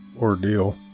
ordeal